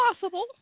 possible